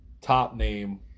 top-name